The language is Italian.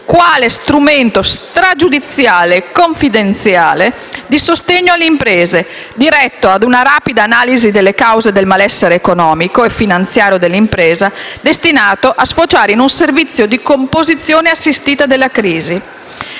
quale strumento stragiudiziale e confidenziale di sostegno alle imprese, diretto a una rapida analisi delle cause del malessere economico e finanziario dell'impresa, destinato a sfociare in un servizio di composizione assistita della crisi.